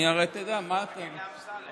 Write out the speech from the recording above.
אני הרי, אתה יודע, תגיד לאמסלם.